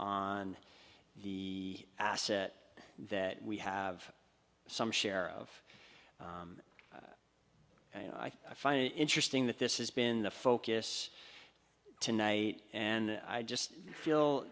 on the asset that we have some share of you know i find it interesting that this has been the focus tonight and i just feel